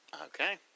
Okay